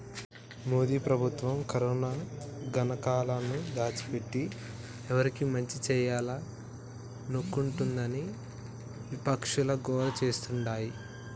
మోదీ ప్రభుత్వం కరోనా గణాంకాలను దాచిపెట్టి ఎవరికి మంచి చేయాలనుకుంటోందని విపక్షాలు గోల చేస్తాండాయి